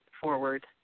forward